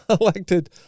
elected